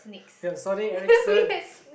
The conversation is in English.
we had Sony-Ericssons